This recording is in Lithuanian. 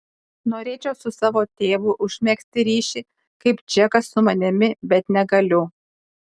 norėčiau su savo tėvu užmegzti ryšį kaip džekas su manimi bet negaliu